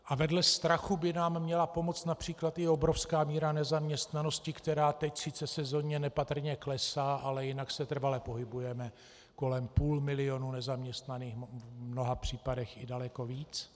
A vedle strachu by nám měla pomoct například i obrovská míra nezaměstnanosti, která teď sice sezónně nepatrně klesá, ale jinak se trvale pohybuje kolem půl milionu nezaměstnaných, v mnoha případech i daleko víc.